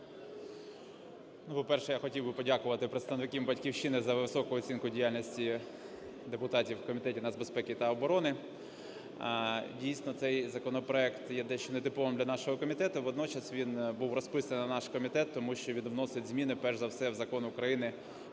По-перше, я хотів би подякувати представникам "Батьківщини" за високу оцінку діяльності депутатів у Комітеті нацбезпеки та оборони. Дійсно, цей законопроект – це є дещо нетиповим для нашого комітету. Водночас він був розписаний на наш комітет, тому що він вносить зміни перш за все у Закон України